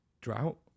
drought